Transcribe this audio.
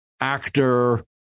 actor